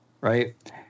Right